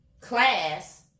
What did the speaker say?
class